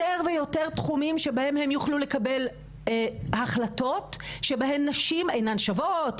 יותר ויותר תחומים שבהם הם יוכלו לקבל החלטות שבהם נשים אינם שוות,